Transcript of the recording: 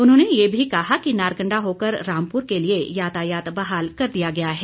उन्होंने ये भी कहा कि नारकंडा होकर रामपुर के लिए यातायात बहाल कर दिया गया है